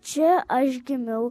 čia aš gimiau